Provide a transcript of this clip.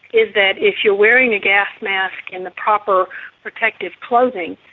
is that if you are wearing a gas mask and the proper protective clothing,